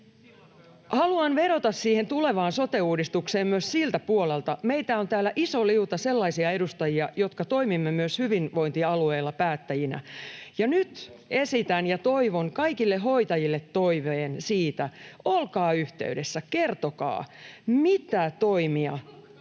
Haluan vedota tulevaan sote-uudistukseen myös siltä puolelta, että meitä on täällä iso liuta sellaisia edustajia, jotka toimimme myös hyvinvointialueilla päättäjinä, ja nyt esitän kaikille hoitajille toiveen: Olkaa yhteydessä, kertokaa, mitä toimia